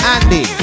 Andy